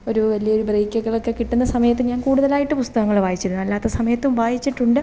ഒരു വലിയ ഒരു ബ്രേക്കെക്കെളൊക്കെ കിട്ടുന്ന സമയത്ത് ഞാന് കൂടുതലായിട്ട് പുസ്തകങ്ങൾ വായിച്ചിരുന്നു അല്ലാത്ത സമയത്തും വായിച്ചിട്ടുണ്ട്